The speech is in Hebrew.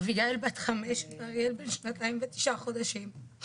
אביגיל בת 5 ואריאל בן שנתיים ותשעה חודשים.